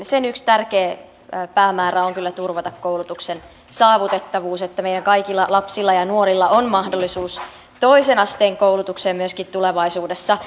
sen yksi tärkeä päämäärä on kyllä turvata koulutuksen saavutettavuus että meidän kaikilla lapsilla ja nuorilla on mahdollisuus toisen asteen koulutukseen myöskin tulevaisuudessa